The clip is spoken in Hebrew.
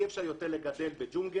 אי אפשר יותר לגדל בג'ונגל,